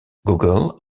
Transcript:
google